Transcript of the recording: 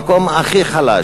למקום הכי חלש.